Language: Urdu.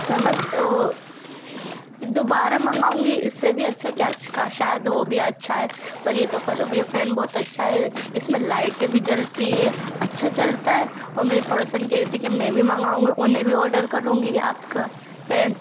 سمجھ وہ دوبارہ منگاؤں گی اس سے بھی اچھا شاید وہ بھی اچھا ہے پر یہ تو کلر بھی فین بہت اچھا ہے اس میں لائٹ بھی جلتی ہے اچھا چلتا ہے اور میری پڑوسن کہتی ہے کہ میں بھی منگاؤں گی انہیں بھی آرڈر کروں گی آپ کا فین